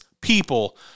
people